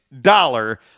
dollar